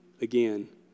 Again